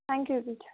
thank you teacher